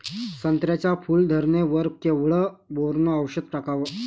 संत्र्याच्या फूल धरणे वर केवढं बोरोंन औषध टाकावं?